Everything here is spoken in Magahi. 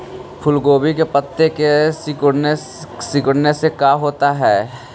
फूल गोभी के पत्ते के सिकुड़ने से का होता है?